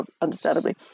understandably